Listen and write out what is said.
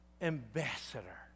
ambassador